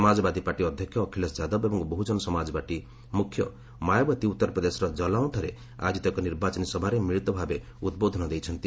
Samajwadi party ଅଧ୍ୟକ୍ଷ ଅଖିଳେଶ ଯାଦବ ଏବଂ Bahujan Samaj party ମୁଖ୍ୟ ମାୟାବତୀ ଉତ୍ତର ପ୍ରଦେଶର ଜଲାଓଁଠାରେ ଆୟୋଜିତ ଏକ ନିର୍ବାଚନୀ ସଭାରେ ମିଳିତ ଭାବେ ଉଦ୍ବୋଧନ ଦେଇଛନ୍ତି